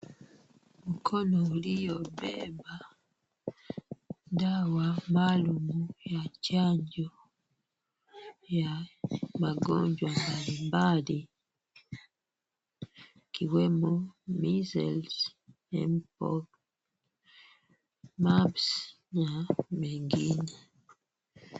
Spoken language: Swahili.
Mkoba uliobeba dawa maalum ya chanjo ya magonjwa mbalimbali ikiwemo, Measles, M-pox, Herpes na mengine.